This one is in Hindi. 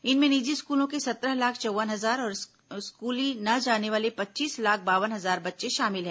इनमें निजी स्कूलों के सत्रह लाख चौव्वन हजार और स्कूली न जाने वाले पच्चीस लाख बावन हजार बच्चे शामिल हैं